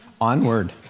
Onward